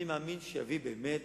אני מאמין שיביא באמת